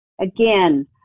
again